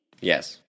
Yes